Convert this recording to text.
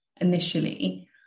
initially